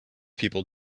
people